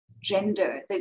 gender